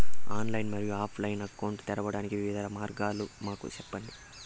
Online మరియు offline account తెరవడానికి వివిధ మార్గాలు మాకు సెప్పండి?